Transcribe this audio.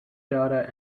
data